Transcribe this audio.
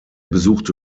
besuchte